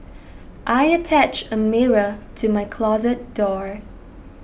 I attached a mirror to my closet door